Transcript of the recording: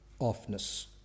Offness